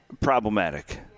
Problematic